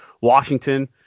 Washington